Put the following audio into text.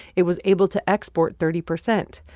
it was able to export thirty percent.